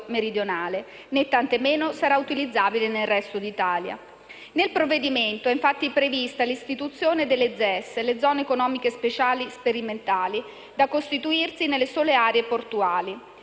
meridionale, né tantomeno sarà utilizzabile nel resto d'Italia. Nel provvedimento è infatti prevista l'istituzione delle Zone economiche speciali sperimentali (ZES), da costituirsi nelle sole aree portuali.